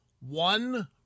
One